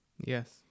Yes